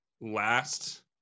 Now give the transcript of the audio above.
Last